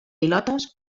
pilotes